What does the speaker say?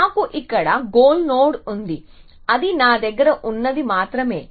నాకు ఇక్కడ goal node ఉంది అది నా దగ్గర ఉన్నది మాత్రమే